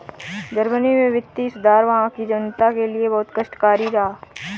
Germany में वित्तीय सुधार वहां की जनता के लिए बहुत कष्टकारी रहा